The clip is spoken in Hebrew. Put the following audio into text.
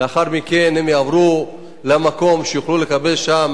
לאחר מכן הם יעברו למקום שיוכלו לקבל שם